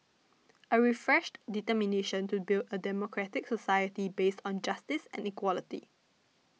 a refreshed determination to build a democratic society based on justice and equality